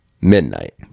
midnight